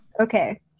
Okay